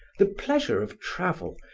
the pleasure of travel,